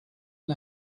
and